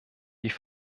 die